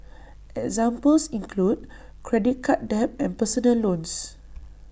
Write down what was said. examples include credit card debt and personal loans